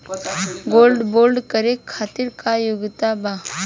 Gold bond करे खातिर का योग्यता बा?